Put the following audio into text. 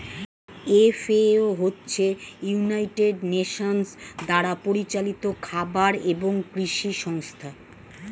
FAO হচ্ছে United Nations দ্বারা পরিচালিত খাবার এবং কৃষি সংস্থা